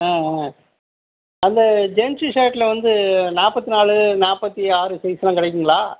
ஆ ஆ அந்த ஜென்ஸு ஷர்ட்டில் வந்து நாற்பத்தி நாலு நாற்பத்தி ஆறு சைஸ்லாம் கிடைக்குங்களா